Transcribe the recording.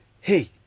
Hey